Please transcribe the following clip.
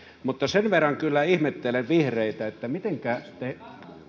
mutta sen verran kyllä ihmettelen vihreitä että mitenkä te